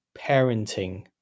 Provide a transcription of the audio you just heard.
parenting